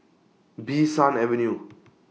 Bee San Avenue